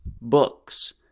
books